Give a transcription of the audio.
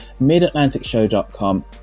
midatlanticshow.com